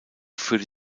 führte